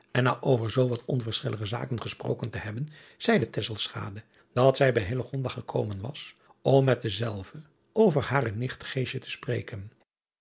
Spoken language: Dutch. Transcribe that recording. na over zoo wat onverschillige zaken gesproken te hebben zeide dat zij bij gekomen was om met dezelve over hare nicht te spreken